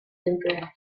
temprana